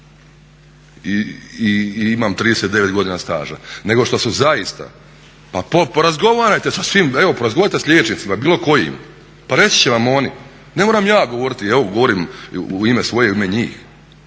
i imam 39 godina staža nego što su zaista, pa porazgovarajte sa svim, evo porazgovarajte s liječnicima, bilo kojim, pa reći će vam oni, ne moram ja govoriti, evo govorim u ime svoje, u ime njih.